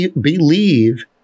believe